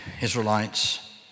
Israelites